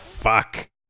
fuck